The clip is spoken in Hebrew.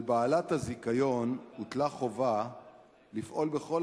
על בעלת הזיכיון הוטלה חובה לפעול בכל